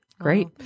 great